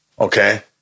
Okay